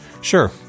Sure